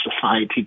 society